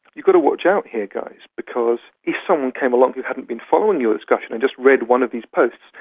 you've got to watch out here guys, because if someone came along who hadn't been following your discussion and just read one of these posts,